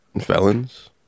felons